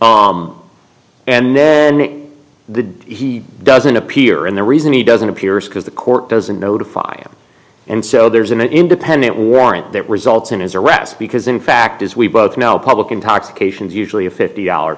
night and the he doesn't appear and the reason he doesn't appear is because the court doesn't notify him and so there's an independent warrant that results in his arrest because in fact as we both know public intoxication is usually a fifty dollar